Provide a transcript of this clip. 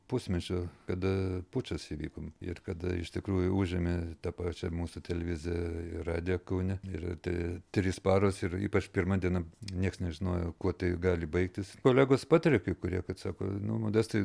pusmečio kada pučas įvyko ir kada iš tikrųjų užėmė tą pačią mūsų televiziją ir radiją kaune ir tai trys paros ir ypač pirma diena nieks nežinojo kuo tai gali baigtis kolegos patarė kai kurie kad sako nu modestai